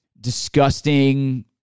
disgusting